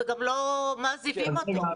וגם לא מעזיבים אותו.